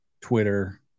Twitter